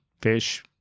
fish